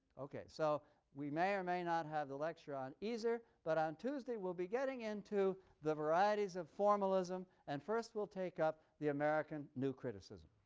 so we may or may not have the lecture on iser, but on tuesday we'll be getting into the varieties of formalism and first we'll take up the american new criticism.